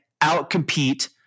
outcompete